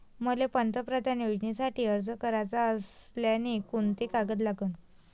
मले पंतप्रधान योजनेसाठी अर्ज कराचा असल्याने कोंते कागद लागन?